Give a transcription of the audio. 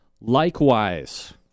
Likewise